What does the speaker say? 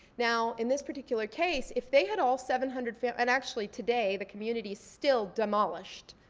now in this particular case, if they had all seven hundred, and actually today the community's still demolished.